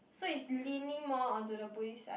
so is leaning more onto the Buddhist side